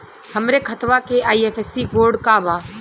हमरे खतवा के आई.एफ.एस.सी कोड का बा?